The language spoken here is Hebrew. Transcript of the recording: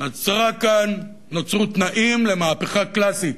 נוצרו תנאים למהפכה קלאסית,